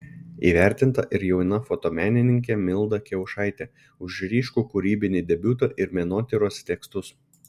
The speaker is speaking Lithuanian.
įvertinta ir jauna fotomenininkė milda kiaušaitė už ryškų kūrybinį debiutą ir menotyros tekstus